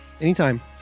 anytime